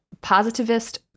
Positivist